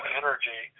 energy